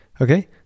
Okay